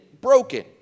broken